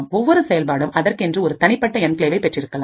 ஒவ்வொரு செயல்பாடும் அதற்கென்று ஒரு தனிப்பட்ட என்கிளேவை பெற்றிருக்கலாம்